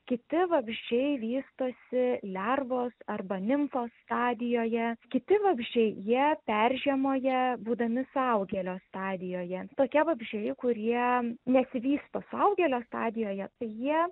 kiti vabzdžiai vystosi lervos arba nimfos stadijoje kiti vabzdžiai jie peržiemoja būdami suaugėlio stadijoje tokie vabzdžiai kurie nesivysto suaugėlio stadijoje jie